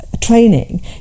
training